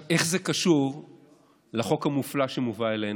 עכשיו, איך זה קשור לחוק המופלא שמובא אלינו?